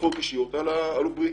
התקפות אישיות על האלוף בריק.